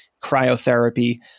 cryotherapy